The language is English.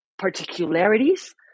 particularities